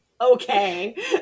Okay